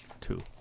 Two